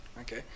okay